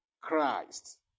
Christ